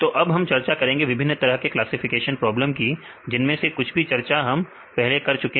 तो अब हम चर्चा करेंगे विभिन्न तरह के क्लासिफिकेशन प्रॉब्लम की जिनमें से कुछ भी चर्चा हम पहले कर चुके हैं